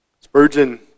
Spurgeon